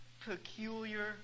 peculiar